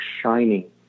shining